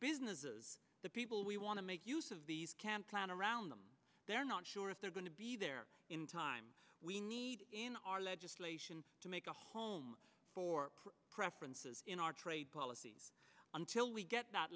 businesses the people we want to make use of these can't plan around them they're not sure if they're going to be there in time we need in our legislation to make a home for preferences in our trade policy until we get that